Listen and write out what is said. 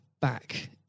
back